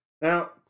now